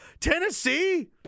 Tennessee